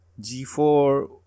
G4